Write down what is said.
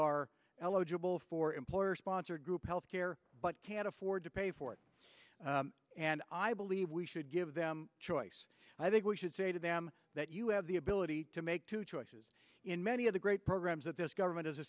are eligible for employer sponsored group health care but can't afford to pay for it and i believe we should give them choice i think we should say to them that you have the ability to make two choices in many of the great programs that this government is